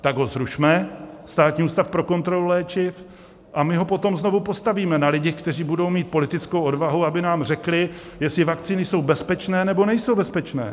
Tak ho zrušme, Státní ústav pro kontrolu léčiv, a my ho potom znovu postavíme na lidech, kteří budou mít politickou odvahu, aby nám řekli, jestli vakcíny jsou bezpečné, nebo nejsou bezpečné.